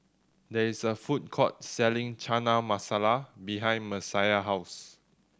there is a food court selling Chana Masala behind Messiah house